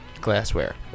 glassware